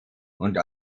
und